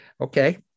okay